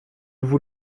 vous